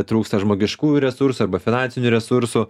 trūksta žmogiškųjų resursų arba finansinių resursų